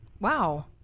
Wow